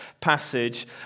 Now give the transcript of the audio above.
passage